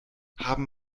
haben